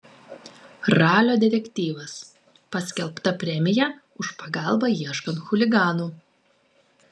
ralio detektyvas paskelbta premija už pagalbą ieškant chuliganų